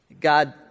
God